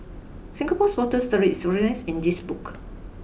Singapore's water story is in this book